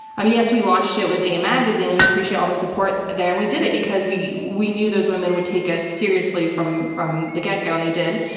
i mean, yes, we launched it with dame magazine, and we appreciate all their support there. and we did it because we we knew those women would take us seriously, from from the get-go, and they did.